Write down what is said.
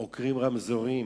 עוקרים רמזורים?